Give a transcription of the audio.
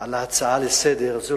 על ההצעה לסדר-היום.